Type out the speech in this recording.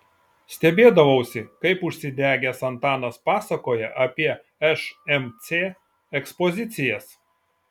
stebėdavausi kaip užsidegęs antanas pasakoja apie šmc ekspozicijas